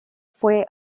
fue